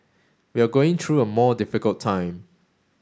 we are going through a more difficult time